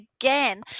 again